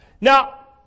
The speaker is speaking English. Now